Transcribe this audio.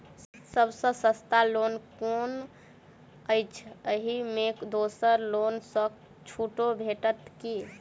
सब सँ सस्ता लोन कुन अछि अहि मे दोसर लोन सँ छुटो भेटत की?